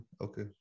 Okay